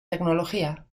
tecnología